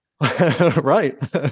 Right